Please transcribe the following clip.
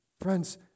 Friends